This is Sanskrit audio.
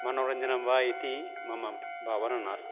मनोरञ्जनं वा इति मम ब् भावना नास्ति